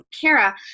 Kara